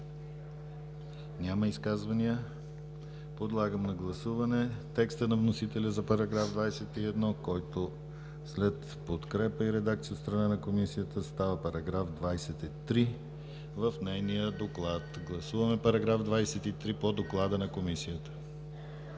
Няма изказвания. Подлагам на гласуване текста на вносителя за § 21, който след подкрепа и редакция от страна на Комисията става § 23 в нейния доклад. Гласуваме § 23 по доклада на Комисията.